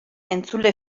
entzule